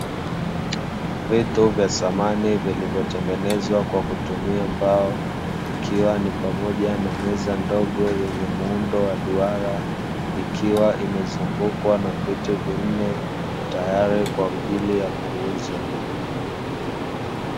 Vitu vya samani vilivyotengenezwa kwa kutumia mbao ikiwa ni pamoja na meza ndogo yenye muundo wa duara, ikiwa imezungukwa na viti vinne tayari kwa ajili ya kuuzwa.